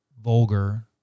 vulgar